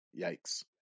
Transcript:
yikes